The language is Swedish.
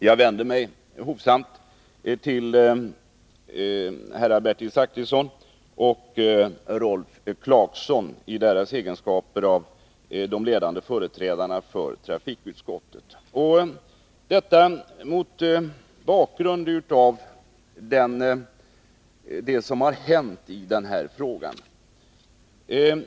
Jag vänder mig hovsamt till herrar Bertil Zachrisson och Rolf Clarkson i deras egenskaper av ledande företrädare för trafikutskottet — detta mot bakgrund av vad som har hänt i den här frågan.